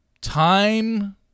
time